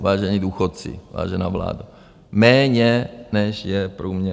Vážení důchodci, vážená vládo, méně, než je průměr EU.